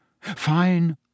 Fine